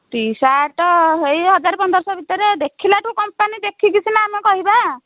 T shirt ହେଇ ହଜାରେ ପନ୍ଦରଶହ ଭିତରେ ଦେଖିଲାଠୁ କମ୍ପାନୀ ଦେଖିକି ସିନା ଆମେ କହିବା